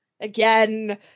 Again